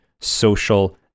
social